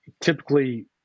Typically